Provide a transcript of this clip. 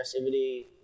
aggressivity